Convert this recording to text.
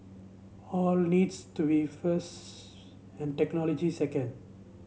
all needs to be first and technology second